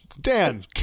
Dan